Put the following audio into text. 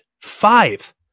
five